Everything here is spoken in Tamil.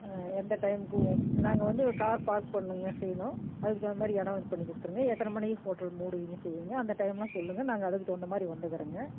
எந்த டைம்க்கு நாங்கள் வந்து கார் பார்க் பண்ணுங்க செய்யணும் அதுக்கு தகுந்த மாதிரி இடம் இது பண்ணிக் கொடுத்துடுங்க எத்தனை மணிக்கு ஹோட்டல் மூடுவிங்க செய்விங்க அந்த டைம்லாம் சொல்லுங்க நாங்கள் அதுக்கு தகுந்த மாதிரி வந்துக்கிறோங்க